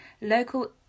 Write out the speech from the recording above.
local